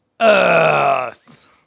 Earth